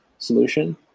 solution